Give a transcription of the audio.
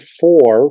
four